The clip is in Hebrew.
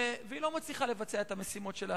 והיא לא מצליחה לבצע את המשימות שלה